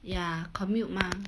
ya commute mah